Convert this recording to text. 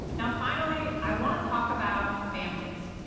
now, finally, i want to talk about families.